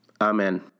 Amen